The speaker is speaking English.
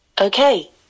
Okay